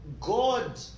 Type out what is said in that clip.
God